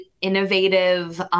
innovative